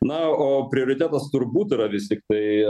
na o prioritetas turbūt yra vis tiktai